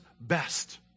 best